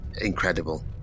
incredible